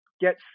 get